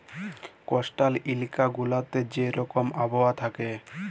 coastal ইলাকা গুলাতে যে রকম আবহাওয়া থ্যাকে